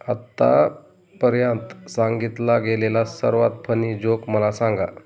आत्तापर्यंत सांगितला गेलेला सर्वात फनी जोक मला सांगा